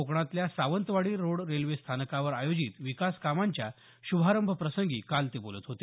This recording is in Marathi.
कोकणातल्या सावंतवाडी रोड रेल्वे स्थानकावर आयोजित विकास कामांच्या श्रभारंभ प्रसंगी काल ते बोलत होते